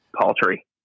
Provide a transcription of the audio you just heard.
paltry